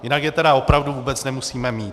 Jinak je tedy opravdu vůbec nemusíme mít.